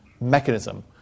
mechanism